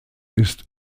ist